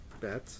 bet